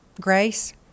grace